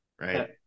right